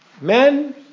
Men